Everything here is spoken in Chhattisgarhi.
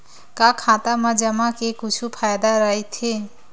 का खाता मा जमा के कुछु फ़ायदा राइथे?